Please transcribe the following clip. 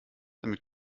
damit